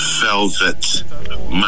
velvet